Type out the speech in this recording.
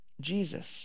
Jesus